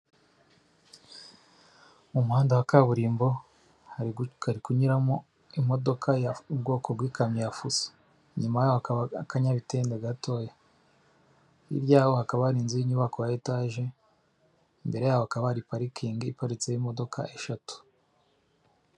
Mu muhanda wa kaburimbo hari kunyuramo imodoka ubwoko bw'ikamyo ya fuso inyuma yaho akanyamitende gatoya hiryaho hakaba ari inzu y'inyubako ya etage mbere yaho hakaba parikingi iparitse y'imodoka eshatu.